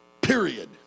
period